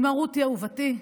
אימא רותי אהובתי,